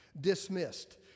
dismissed